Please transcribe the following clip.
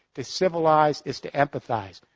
to civilize is to empathize.